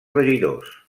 regidors